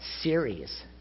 series